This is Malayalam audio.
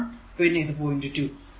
പിന്നെ ഇത് പോയിന്റ് 2